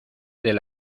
del